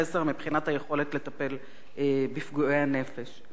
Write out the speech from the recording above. בחסר מבחינת היכולת לטפל בפגועי הנפש.